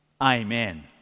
Amen